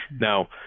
Now